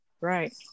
right